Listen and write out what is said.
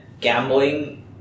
gambling